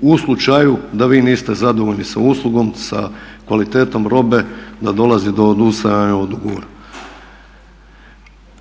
U slučaju da vi niste zadovoljni sa uslugom, sa kvalitetom robe, da dolazi do odustajanja od ugovora.